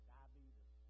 Diabetes